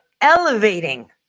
elevating